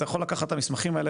אתה יכול לקחת את המסמכים האלה,